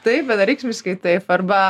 taip vienareikšmiškai taip arba